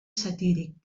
satíric